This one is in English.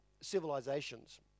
civilizations